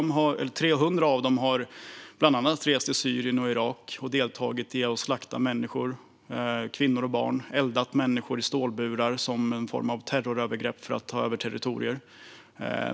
Bland annat är det 300 av dem som har rest till Syrien och Irak och deltagit i att slakta människor, kvinnor och barn. De har eldat människor i stålburar som en form av terrorövergrepp för att ta över territorier.